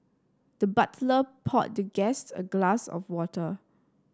the butler poured the guest a glass of water